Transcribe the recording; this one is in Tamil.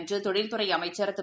என்றுதொழில்துறைஅமைச்சா் திரு